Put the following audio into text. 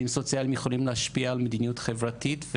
עובדים סוציאליים יכולים להשפיע על מדיניות חברתית,